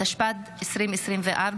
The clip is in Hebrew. התשפ"ד 2024,